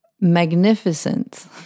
magnificent